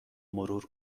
مرور